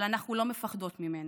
אבל אנחנו לא מפחדות ממנה.